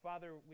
Father